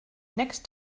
next